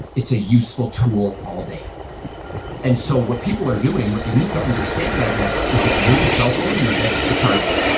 it's a useful tool all day and so what people are doing, what they need to understand, i guess is that you're the cell phone and the bed's the charger.